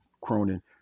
Cronin